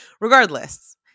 regardless